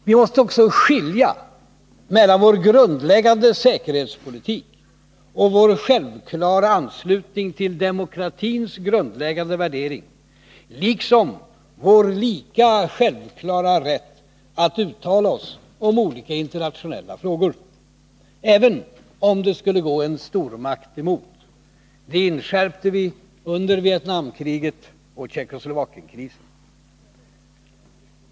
Vi måste också skilja mellan vår grundläggande säkerhetspolitik och vår självklara anslutning till demokratins grundläggande värdering, liksom vår lika självklara rätt att uttala oss om olika internationella frågor, även om det skulle gå en stormakt emot. Det inskärpte vi under Vietnamkriget och Tjeckoslovakienkrisen.